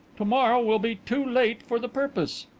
to-morrow will be too late for the purpose.